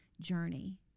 journey